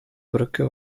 brücke